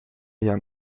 ella